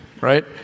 right